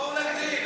בואו נגדיל.